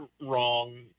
wrong